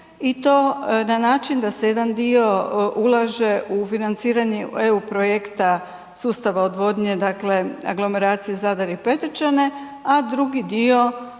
i to na način da se jedan dio ulaže u financiranje EU projekta sustava odvodnje, dakle aglomeracije Zadar i Petrčane a drugi dio